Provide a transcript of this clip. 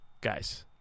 Guys